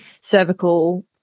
cervical